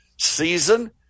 season